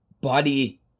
body